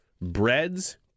breads